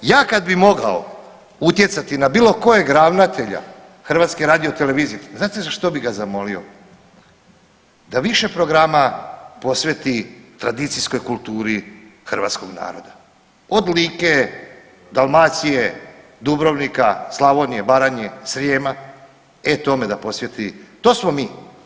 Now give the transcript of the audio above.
Ja kad bi mogao utjecati na bilo kojeg ravnatelja HRT-a, znate za što bi ga zamolio, da više programa posveti tradicijskoj kulturi hrvatskog naroda od Like, Dalmacije, Dubrovnika, Slavonije, Baranje, Srijema, e tome da posveti, to smo mi.